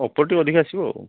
ଅପୋର ଟିକେ ଅଧିକ ଆସିବ ଆଉ